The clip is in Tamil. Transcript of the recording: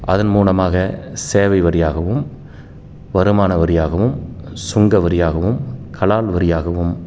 அதன் மூலமாக சேவை வரியாகவும் வருமான வரியாகவும் சுங்க வரியாகவும் கலால் வரியாகவும்